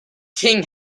king